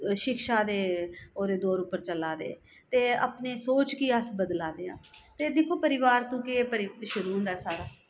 शिक्षा दे ओह्दे तौर उप्पर चला दे ते अपनी सोच गी अस बदला देआं ते दिक्खो परिवार तूं केह् शुरू होंदा सारा